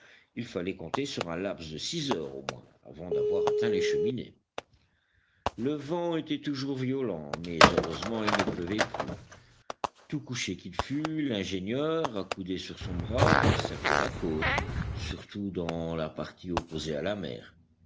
il fallait compter sur un laps de six heures au moins avant d'avoir atteint les cheminées le vent était toujours violent mais heureusement il ne pleuvait plus tout couché qu'il fut l'ingénieur accoudé sur son bras observait la côte surtout dans la partie opposée à la mer